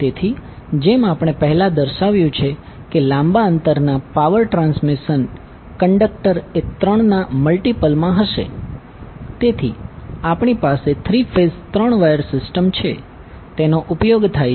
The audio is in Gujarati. તેથી જેમ આપણે પહેલા દર્શાવ્યુ છે કે લાંબા અંતરના પાવર ટ્રાન્સમિશન કંડકટર એ ત્રણના મલ્ટીપલ માં હશે તેથી આપણી પાસે થ્રી ફેઝ ત્રણ વાયર સિસ્ટમ્સ છે તેનો ઉપયોગ થાય છે